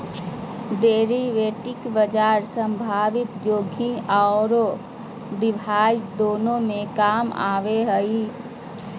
derivative बाजार संभावित जोखिम औरो रिवार्ड्स दोनों में काम आबो हइ